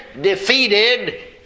defeated